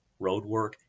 Roadwork